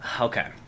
Okay